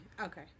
Okay